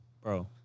Bro